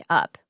up